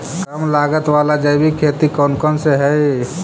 कम लागत वाला जैविक खेती कौन कौन से हईय्य?